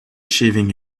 shaving